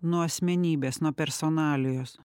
nuo asmenybės nuo personalijos